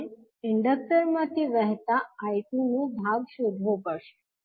આપણે ઇન્ડક્ટર માંથી વહેતા I2 નો ભાગ શોધવો પડશે